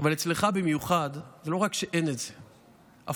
אבל אצלך במיוחד, לא רק שאין את זה, הפוך.